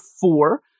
four